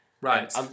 right